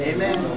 Amen